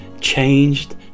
changed